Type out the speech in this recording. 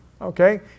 okay